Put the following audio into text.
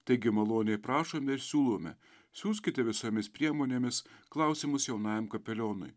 taigi maloniai prašom ir siūlome siųskite visomis priemonėmis klausimus jaunajam kapelionui